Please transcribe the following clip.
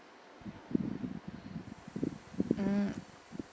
mm